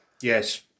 yes